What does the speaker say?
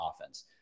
offense